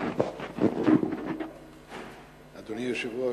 אדוני היושב-ראש,